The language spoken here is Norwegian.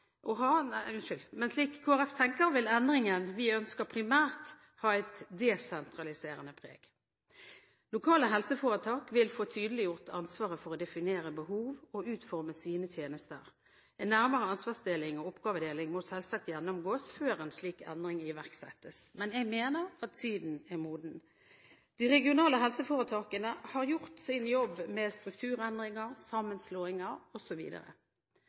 primært ha et desentraliserende preg. Lokale helseforetak vil få tydeliggjort ansvaret for å definere behov og utforme sine tjenester. En nærmere ansvarsdeling og oppgavedeling må selvsagt gjennomgås før en slik endring iverksettes. Men jeg mener at tiden er moden. De regionale helseforetakene har gjort sin jobb med strukturendringer, sammenslåinger